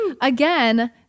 Again